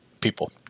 people